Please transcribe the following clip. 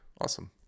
Awesome